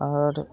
आओर